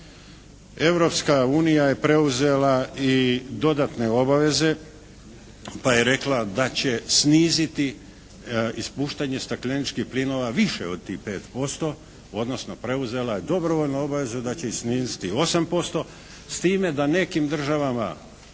Europska unija je preuzela i dodatne obaveze, pa je rekla da će sniziti ispuštanje stakleničkih plinova više od tih 5%, odnosno preuzela je dobrovoljno obavezu da će ih sniziti 8%, s time da nekim državama